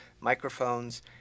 microphones